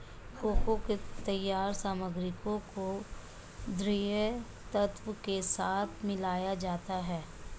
cocoa के तैयार सामग्री को छरिये तत्व के साथ मिलाया जाता है